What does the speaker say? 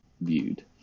viewed